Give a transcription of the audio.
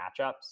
matchups